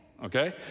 okay